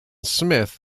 smith